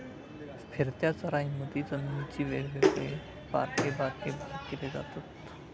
फिरत्या चराईमधी जमिनीचे वेगवेगळे बारके बारके भाग केले जातत